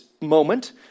moment